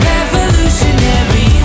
Revolutionary